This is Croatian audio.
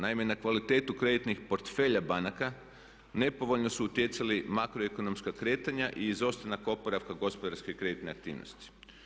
Naime, na kvalitetu kreditnih portfelja banaka nepovoljno su utjecali makroekonomska kretanja i izostanak oporavka gospodarske kreditne aktivnosti.